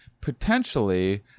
potentially